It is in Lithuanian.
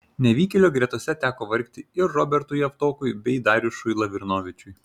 nevykėlių gretose teko vargti ir robertui javtokui bei darjušui lavrinovičiui